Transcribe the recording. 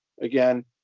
again